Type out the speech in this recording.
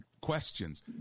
questions